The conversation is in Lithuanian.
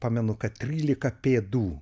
pamenu kad trylika pėdų